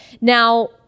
Now